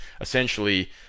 essentially